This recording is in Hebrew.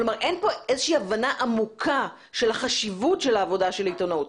כלומר אין פה איזושהי הבנה עמוקה של חשיבות העבודה של עיתונאות.